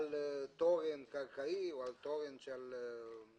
על תורן קרקעי או על תורן שמוצב על הגג,